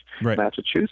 Massachusetts